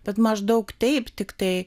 bet maždaug taip tiktai